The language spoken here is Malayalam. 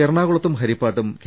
എറണാകുളത്തും ഹരിപ്പാട്ടും കെ